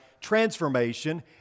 transformation